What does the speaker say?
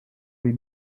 lui